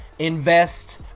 Invest